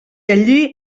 allí